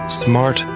smart